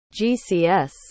GCS